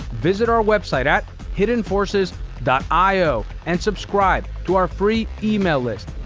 visit our website at hiddenforces io and subscribe to our free email list.